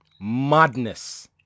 Madness